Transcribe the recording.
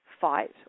fight